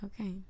okay